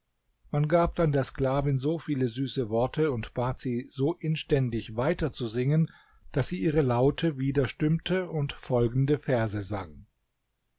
man gab dann der sklavin so viel süße worte und bat sie so inständig weiter zu singen daß sie ihre laute wieder stimmte und folgende verse sang